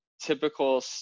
typical